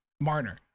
Marner